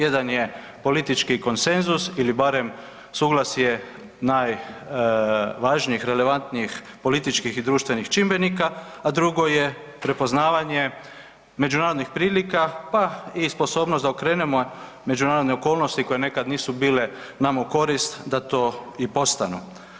Jedan je politički konsenzus ili barem suglasje najvažnijih, relevantnijih političkih i društvenih čimbenika, a drugo je prepoznavanje međunarodnih prilika, pa i sposobnost da okrenemo međunarodne okolnosti koje nekad nisu bile nama u korist da to i postanu.